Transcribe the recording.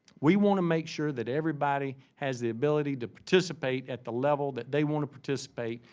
we want to make sure that everybody has the ability to participate at the level that they want to participate,